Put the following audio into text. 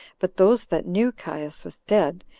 but those that knew caius was dead,